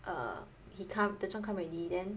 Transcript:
err he come 德中 come already then